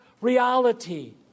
reality